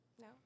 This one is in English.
No